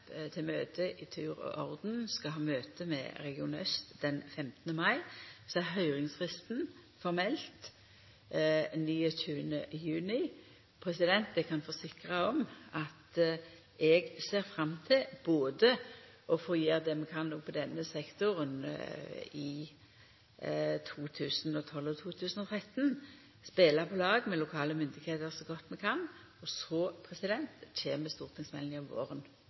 til møte i tur og orden. Vi skal ha møte med Region øst den 15. mai, og så er høyringsfristen formelt 29. juni. Eg kan forsikra om at eg ser fram til både å gjera det vi kan no på denne sektoren i 2012 og i 2013, og å spela på lag med lokale myndigheiter så godt vi kan, og så kjem stortingsmeldinga våren